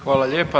Hvala lijepa.